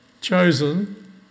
chosen